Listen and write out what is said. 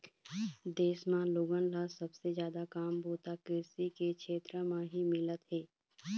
देश म लोगन ल सबले जादा काम बूता कृषि के छेत्र म ही मिलत हे